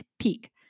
peak